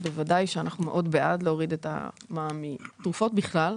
בוודאי שאנחנו מאוד בעד להוריד את המע"מ מהתרופות בכלל,